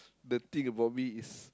the thing about me is